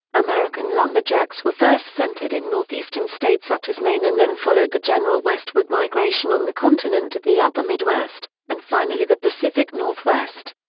american lumberjacks were first centred in north-eastern states such as maine and then followed the general westward migration on the continent to the upper midwest, and finally the pacific northwest.